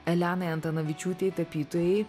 elenai antanavičiūtei tapytojai